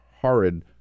horrid